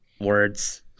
Words